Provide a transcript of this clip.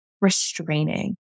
restraining